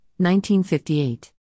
1958